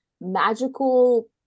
magical